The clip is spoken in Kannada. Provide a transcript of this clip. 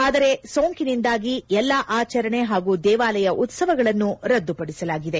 ಆದರೆ ಸೋಂಕಿನಿಂದಾಗಿ ಎಲ್ಲಾ ಆಚರಣೆ ಹಾಗೂ ದೇವಾಲಯ ಉತ್ಲವಗಳನ್ನು ರದ್ದುಪಡಿಸಲಾಗಿದೆ